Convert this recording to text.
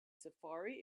safari